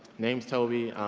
name's toby,